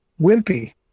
wimpy